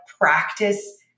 practice